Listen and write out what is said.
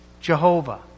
Jehovah